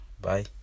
bye